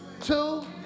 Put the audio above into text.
two